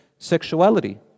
sexuality